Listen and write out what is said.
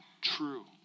true